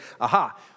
aha